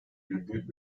virgül